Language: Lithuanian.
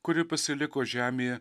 kuri pasiliko žemėje